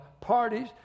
parties